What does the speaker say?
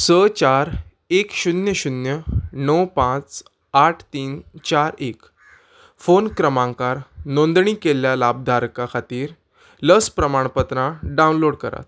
स चार एक शुन्य शुन्य णव पांच आठ तीन चार एक फोन क्रमांकार नोंदणी केल्ल्या लाभधारका खातीर लस प्रमाणपत्रां डावनलोड करात